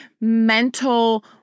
mental